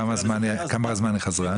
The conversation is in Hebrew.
כמה זמן לקח לה לחזור?